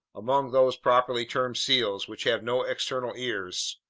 among those properly termed seals which have no external ears,